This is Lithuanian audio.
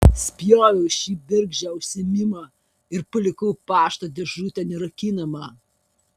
spjoviau į šį bergždžią užsiėmimą ir palikau pašto dėžutę nerakinamą